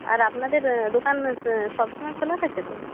আর আপনাদের দোকান সব সময় খোলা থাকে তো